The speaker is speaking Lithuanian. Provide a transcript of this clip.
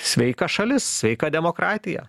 sveika šalis sveika demokratija